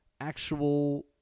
actual